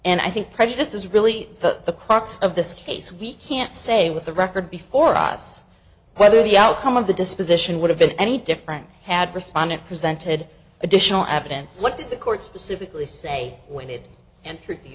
and i think prejudice is really the crux of this case we can't say with the record before us whether the outcome of the disposition would have been any different had respondent presented additional evidence what did the court specifically say when it and t